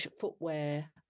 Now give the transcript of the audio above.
footwear